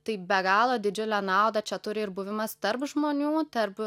tai be galo didžiulę naudą čia turi ir buvimas tarp žmonių tarp